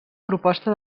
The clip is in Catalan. proposta